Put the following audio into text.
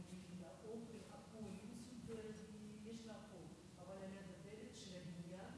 זה אומנם לפני ארבע כנסות אבל זה בסך הכול לפני חמש שנים,